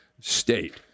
state